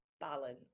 balance